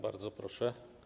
Bardzo proszę.